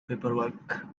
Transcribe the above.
paperwork